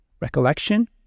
Recollection